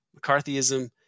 McCarthyism